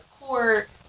court